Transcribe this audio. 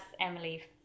Emily